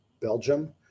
Belgium